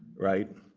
right?